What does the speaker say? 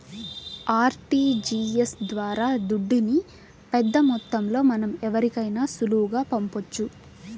RTGS ద్వారా దుడ్డుని పెద్దమొత్తంలో మనం ఎవరికైనా సులువుగా పంపొచ్చు